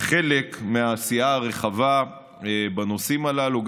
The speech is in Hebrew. חלק מהעשייה הרחבה בנושאים הללו,